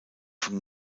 vom